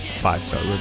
five-star